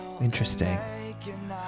Interesting